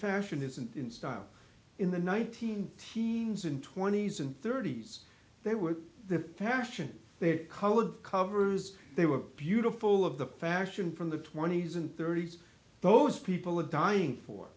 fashion isn't in style in the nineteen teens and twenty's and thirty's they were the passion they had colored covers they were beautiful of the fashion from the twenty's and thirty's those people are dying for